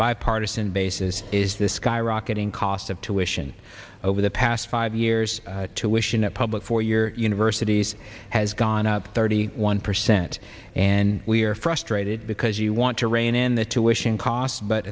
bipartisan basis is the skyrocketing cost of tuition over the past five years to wishing that public four year universities has gone up thirty one percent and we are frustrated because you want to rein in the two wishing costs but